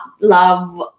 love